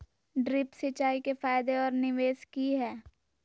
Drip सिंचाई के फायदे और निवेस कि हैय?